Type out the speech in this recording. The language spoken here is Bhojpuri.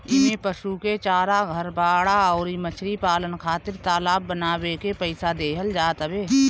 इमें पशु के चारा, घर, बाड़ा अउरी मछरी पालन खातिर तालाब बानवे के पईसा देहल जात हवे